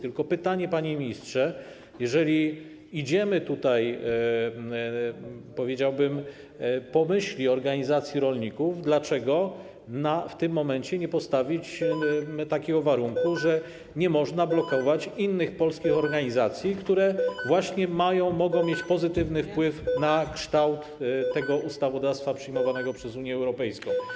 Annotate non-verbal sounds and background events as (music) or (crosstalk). Tylko pytanie, panie ministrze: Jeżeli idziemy, powiedziałbym, po myśli organizacji rolników, dlaczego w tym momencie nie postawić (noise) warunku, że nie można blokować innych polskich organizacji, które właśnie mogą mieć pozytywny wpływ na kształt ustawodawstwa przyjmowanego przez Unię Europejską?